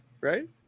Right